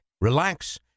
relax